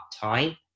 time